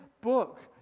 book